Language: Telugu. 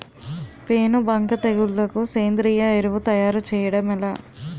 పేను బంక తెగులుకు సేంద్రీయ ఎరువు తయారు చేయడం ఎలా?